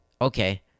okay